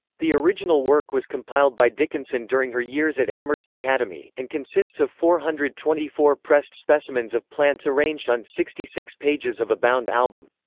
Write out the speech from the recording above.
the original work was compiled by dickinson during her years at amherst academy, and consists of four hundred and twenty four pressed specimens of plants arranged on sixty six pages of a bound album.